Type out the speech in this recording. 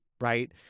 right